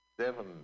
Seven